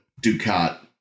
Ducat